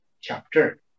chapter